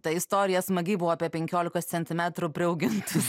ta istorija smagiai buvo apie penkiolikos centimetrų priaugintus